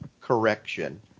correction